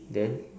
then